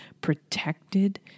protected